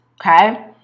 okay